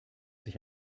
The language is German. sich